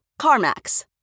CarMax